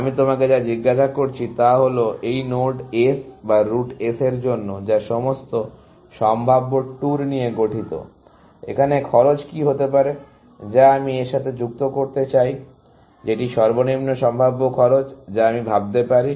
আমি তোমাকে যা জিজ্ঞাসা করছি তা হলো এই নোড S বা রুট S এর জন্য যা সমস্ত সম্ভাব্য ট্যুর নিয়ে গঠিত এখানে খরচ কি হতে পারে যা আমি এর সাথে যুক্ত করতে চাই যেটি সর্বনিম্ন সম্ভাব্য খরচ যা আমি ভাবতে পারি